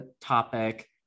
topic